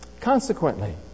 Consequently